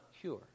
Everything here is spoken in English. cure